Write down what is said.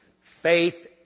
faith